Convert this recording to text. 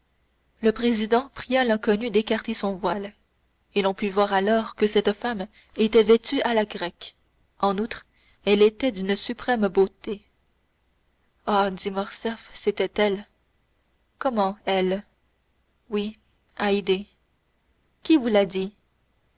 le président pria l'inconnue d'écarter son voile et l'on put voir alors que cette femme était vêtue à la grecque en outre elle était d'une suprême beauté ah dit morcerf c'était elle comment elle oui haydée qui vous l'a dit